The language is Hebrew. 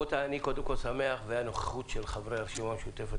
אני שמח לנוכחות חברי הרשימה המשותפת